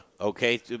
Okay